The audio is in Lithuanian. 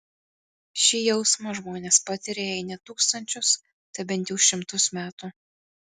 šį jausmą žmonės patiria jei ne tūkstančius tai bent jau šimtus metų